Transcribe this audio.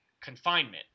confinement